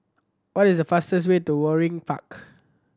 what is the fastest way to Waringin Park